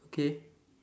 okay